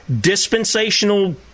dispensational